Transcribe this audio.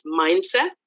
mindset